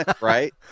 Right